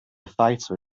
fighter